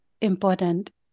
important